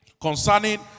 concerning